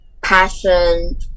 passion